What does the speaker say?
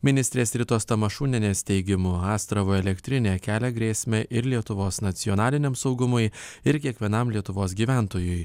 ministrės ritos tamašunienės teigimu astravo elektrinė kelia grėsmę ir lietuvos nacionaliniam saugumui ir kiekvienam lietuvos gyventojui